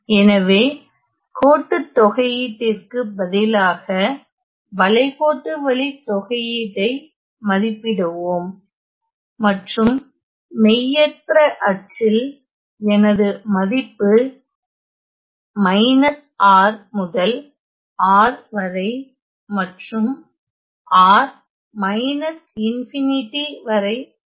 எனவே கோட்டுத் தொகையீடிற்கு பதிலாக வளைகோட்டு வழித்தொகையீட்டை மதிப்பிடுவோம் மற்றும் மெய்யற்ற அச்சில் எனது மதிப்பு minus R முதல் R வரை மற்றும் R ∞ வரை செல்லும்